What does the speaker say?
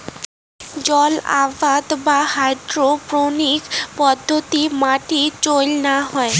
জলআবাদ বা হাইড্রোপোনিক্স পদ্ধতিত মাটির চইল না হয়